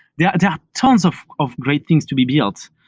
yeah and tons of of great things to be built.